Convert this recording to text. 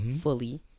fully